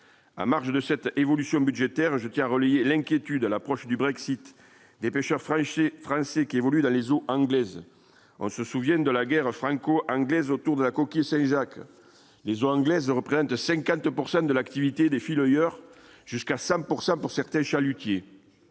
en marge de cette évolution budgétaire, je tiens à relayer l'inquiétude à l'approche du Brexit des pêcheurs français qui évolue dans les eaux anglaises en se souviennent de la guerre franco-anglaise autour de la coquille Saint-Jacques, les eaux anglaises reprennent de 50 pourcent de l'activité des fileyeurs jusqu'à 5 pourcent pour certains chalutiers,